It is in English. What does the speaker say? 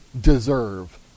deserve